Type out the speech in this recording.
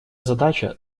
задача